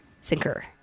sinker